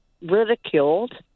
ridiculed